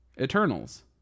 Eternals